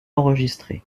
enregistré